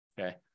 okay